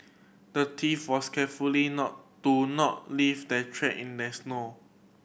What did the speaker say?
the thief was carefully not to not leave the track in the snow